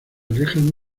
alejan